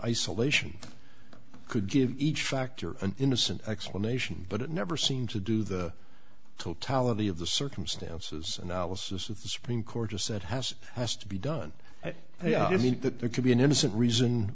isolation could give each factor an innocent explanation but it never seems to do the totality of the circumstances analysis of the supreme court has said has has to be done yeah i mean that there could be an innocent reason